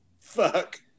Fuck